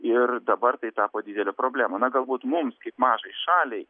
ir dabar tai tapo didelė problema na galbūt mums kaip mažai šaliai